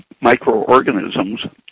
microorganisms